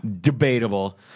Debatable